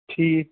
ٹھیٖک